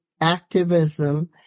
activism